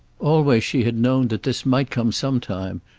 always she had known that this might come some time,